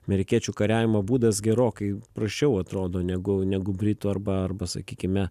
amerikiečių kariavimo būdas gerokai prasčiau atrodo negu negu britų arba arba sakykime